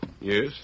Yes